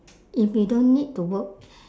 if we don't need to work